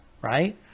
Right